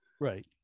right